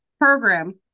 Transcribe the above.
program